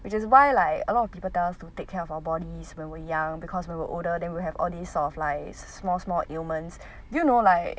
which is why like a lot of people tell us to take care of our bodies when we're young because when we're older then we will have all these sort of like small small ailments do you know like